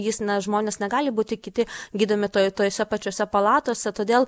jis na žmonės negali būti kiti gydomi toj tose pačiose palatose todėl